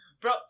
Bro